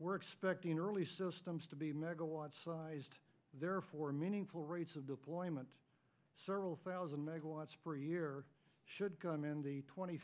we're expecting early systems to be megawatt sized therefore meaningful rates of deployment several thousand megawatts per year should come in the twenty